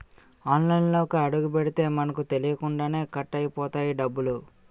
ఆన్లైన్లోకి అడుగుపెడితే మనకు తెలియకుండానే కట్ అయిపోతాయి డబ్బులు